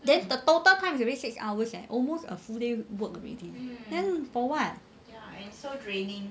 then the total time is already six hours eh almost a full day work already then for what